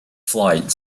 flight